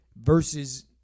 Versus